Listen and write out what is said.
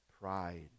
Pride